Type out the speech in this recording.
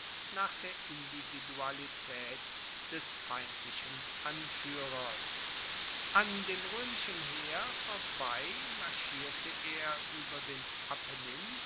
nach der individualitaet des feindlichen anfuehrers an dem roemischen heer vorbei marschierte er ueber den